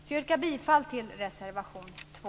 Jag yrkar alltså bifall till reservation 2.